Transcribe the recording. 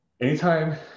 Anytime